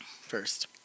first